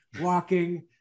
walking